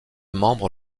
membre